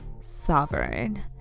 sovereign